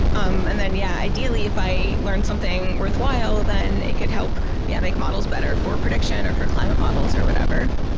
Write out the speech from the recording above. um and yeah ideally, if i learn something worthwhile then it could help yeah make models better for prediction, or for climate models, or whatever.